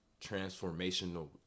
transformational